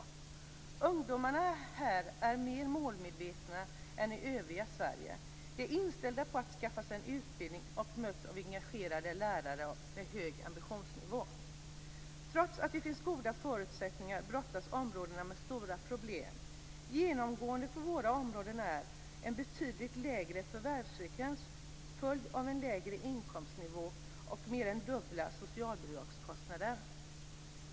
Ungdomarna är här mer målmedvetna än i det övriga Sverige. De är inställda på att skaffa sig en utbildning och möts av engagerade lärare med hög ambitionsnivå. Trots att det finns goda förutsättningar brottas områdena med stora problem. Genomgående för våra områden är en betydligt lägre förvärvsfrekvens följd av en lägre inkomstnivå och mer än dubbla socialbidragskostnader.